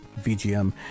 VGM